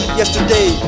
yesterday